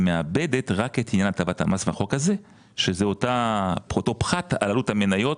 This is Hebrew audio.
היא מאבדת רק את עניין הטבת המס בחוק הזה שזה אותו פחת על עלות המניות.